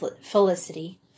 Felicity